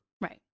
Right